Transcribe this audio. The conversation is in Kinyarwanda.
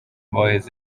boys